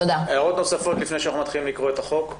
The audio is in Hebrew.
הערות נוספות לפני שאנחנו מתחילים להקריא את החוק?